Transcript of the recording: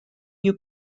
you